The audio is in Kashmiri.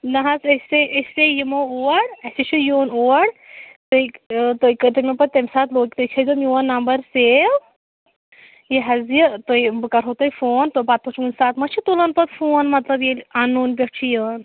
نا حظ أسۍ ہے أسۍ ہے یِمو اور اَسۍ ہے چھِ یُن اور تُہۍ تُہۍ کٔرۍتو مےٚ پَتہٕ تَمہِ ساتہٕ لوکیٚشن حظ میٛون نمبر سیو یہِ حظ یہِ تُہۍ بہٕ کَرٕہو تۄہہِ فون تہٕ پَتہٕ وُچھٕ کُنہِ ساتہٕ ما چھِ تُلَن پَتہٕ فون مطلب ییٚلہِ اَن نوٚن پیٚٹھ چھِ یِوان